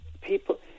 people